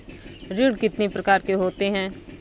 ऋण कितनी प्रकार के होते हैं?